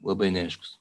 labai neaiškus